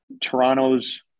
Toronto's